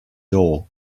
door